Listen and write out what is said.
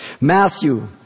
Matthew